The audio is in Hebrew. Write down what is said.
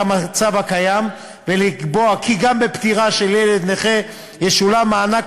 המצב הקיים ולקבוע כי גם בפטירה של ילד נכה ישולם מענק